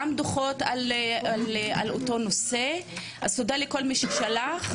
גם דוחות על אותו נושא, אז תודה לכל מי ששלח.